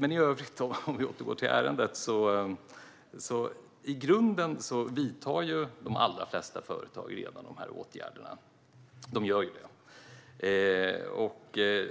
Men för att återgå till ärendet vidtar de allra flesta företagare redan de här åtgärderna,